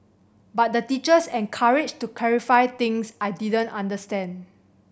but the teachers encouraged to clarify things I didn't understand